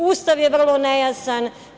Ustav je vrlo nejasan.